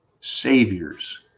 saviors